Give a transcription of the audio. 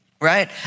right